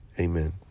Amen